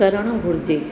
करणु घुरिजे